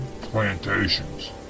plantations